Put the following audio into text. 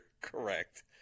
correct